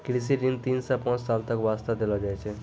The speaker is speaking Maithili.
कृषि ऋण तीन सॅ पांच साल तक वास्तॅ देलो जाय छै